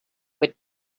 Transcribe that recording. would